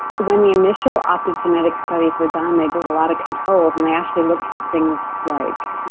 when the initial optogenetic studies were done, they did a lot of controls and they actually looked for things like